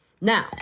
Now